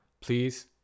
please